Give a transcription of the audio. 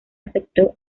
aceptó